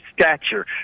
stature